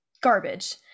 garbage